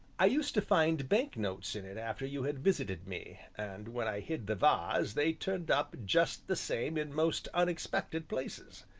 i used to find bank-notes in it after you had visited me, and when i hid the vase they turned up just the same in most unexpected places.